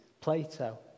Plato